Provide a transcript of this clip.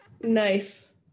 nice